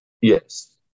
Yes